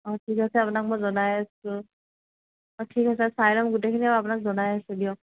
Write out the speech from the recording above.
অঁ ঠিক আছে আপোনাক মই জনাই আছোঁ অঁ ঠিক আছে চাই ল'ম গোটেইখিনি আৰু আপোনাক জনাই আছোঁ দিয়ক